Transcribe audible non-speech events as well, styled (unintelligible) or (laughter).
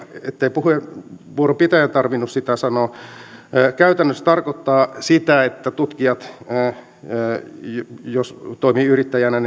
ettei puheenvuoron pitäjän tarvinnut sitä sanoa käytännössä tarkoittaa sitä että jos tutkijat toimivat yrittäjinä (unintelligible)